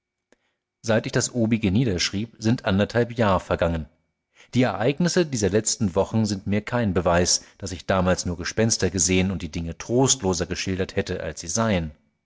seit ich das obige niederschrieb sind anderthalb jahr vergangen die ereignisse dieser letzten wochen sind mir kein beweis daß ich damals nur gespenster gesehn und die dinge trostloser geschildert hätte als sie seien